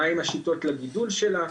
מה הן השיטות לגידול שלה,